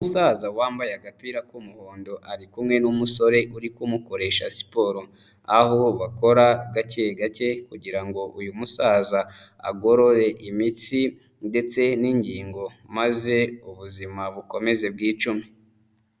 Umusaza wambaye agapira k'umuhondo ari kumwe n'umusore uri kumukoresha siporo, aho bakora gake gake kugira ngo uyu musaza agorore imitsi ndetse n'ingingo maze ubuzima bukomeze bwicume.